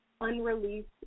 unreleased